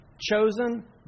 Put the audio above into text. chosen